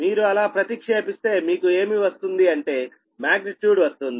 మీరు అలా ప్రతిక్షేపిస్తే మీకు ఏమి వస్తుంది అంటే మాగ్నిట్యూడ్ వస్తుంది